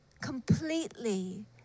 completely